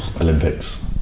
Olympics